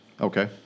Okay